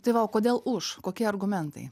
tai va o kodėl už kokie argumentai